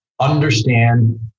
understand